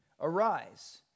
Arise